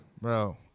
Bro